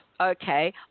okay